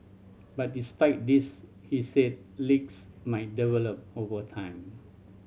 but despite this he said leaks might develop over time